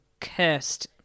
cursed